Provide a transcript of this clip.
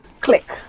click